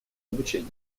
обучения